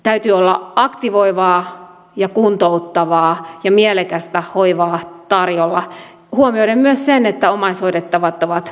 täytyy olla aktivoivaa ja kuntouttavaa ja mielekästä hoivaa tarjolla huomioiden myös sen että omaishoidettavat ovat eri ikäisiä